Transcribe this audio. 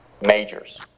majors